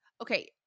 Okay